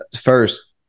First